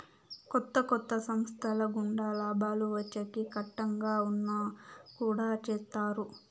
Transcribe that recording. కొత్త కొత్త సంస్థల గుండా లాభాలు వచ్చేకి కట్టంగా ఉన్నా కుడా చేత్తారు